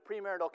premarital